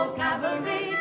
cavalry